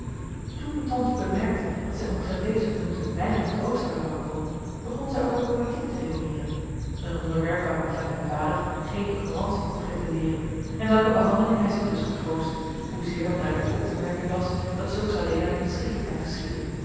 toen nu tante bemerkte dat zij omtrent deze punten weinig troost erlangen kon begon zij over politiek te redeneeren een onderwerp waaromtrent mijn vader geen ignorantie kon pretendeeren en welke behandeling hij zich dus getroostte hoezeer dat duidelijk op te merken was dat zulks alleen uit inschikkelijkheid geschiedde